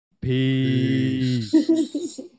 Peace